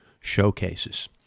showcases